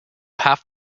half